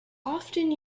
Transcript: often